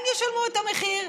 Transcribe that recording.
הם ישלמו את המחיר.